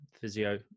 physio